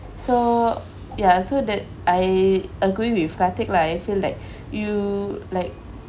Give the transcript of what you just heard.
so ya so that I agree with kathi lah like I feel that you like